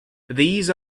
these